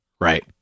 Right